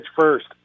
first